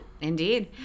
indeed